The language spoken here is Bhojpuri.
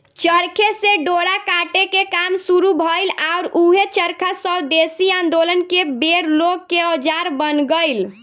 चरखे से डोरा काटे के काम शुरू भईल आउर ऊहे चरखा स्वेदेशी आन्दोलन के बेर लोग के औजार बन गईल